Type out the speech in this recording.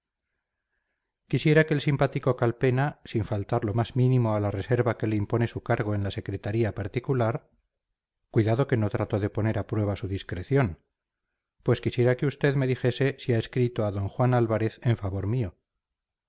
quisiera que el simpático calpena sin faltar lo más mínimo a la reserva que le impone su cargo en la secretaría particular cuidado que no trato de poner a prueba su discreción pues quisiera que usted me dijese si ha escrito a d juan álvarez en favor mío